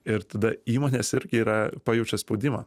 ir tada įmonės irgi yra pajaučia spaudimą